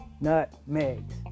nutmegs